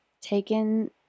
taken